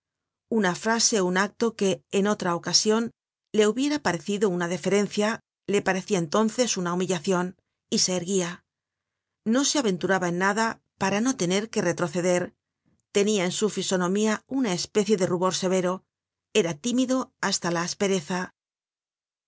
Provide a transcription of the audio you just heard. una frase ó un acto que en otra ocasion le hubiera parecido una deferencia le parecia entonces una humillacion y se erguia no se aventuraba en nada para no tener que retroceder tenia en su fisonomía una especie de rubor severo era tímido hasta la aspereza